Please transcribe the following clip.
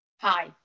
hi